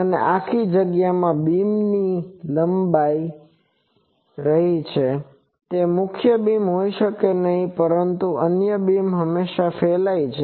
અને આખી જગ્યામાં બીમ લંબાઈ રહી છે તે મુખ્ય બીમ હોઈ શકે નહીં પરંતુ અન્ય બીમ હંમેશા ફેલાય છે